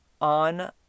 on